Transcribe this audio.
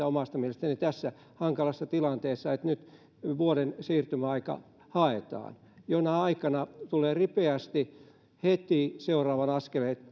omasta mielestäni tässä hankalassa tilanteessa että nyt vuoden siirtymäaika haetaan jona aikana tulee ripeästi heti seuraavat askeleet